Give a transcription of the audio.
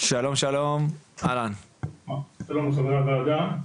שלום לחברי הוועדה.